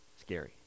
scary